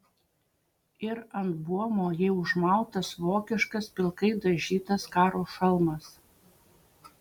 ir ant buomo jai užmautas vokiškas pilkai dažytas karo šalmas